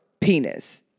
penis